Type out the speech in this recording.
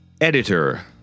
editor